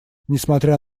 несмотря